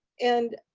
and,